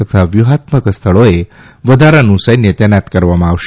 તથા વ્યૂહાત્મક સ્થળોએ વધારાનું સૈન્ય તૈનાત કરવામાં આવશે